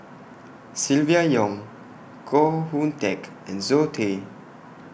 Silvia Yong Koh Hoon Teck and Zoe Tay